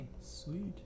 sweet